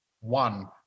one